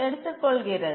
எடுத்துக் கொள்கிறது